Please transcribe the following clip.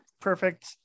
perfect